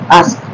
ask